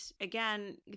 again